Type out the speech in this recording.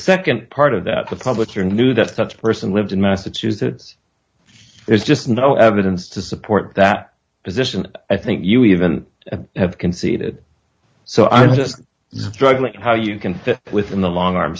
nd part of that the public your knew that such person lived in massachusetts there's just no evidence to support that position i think you even have conceded so i'm just struggling how you can within the long arm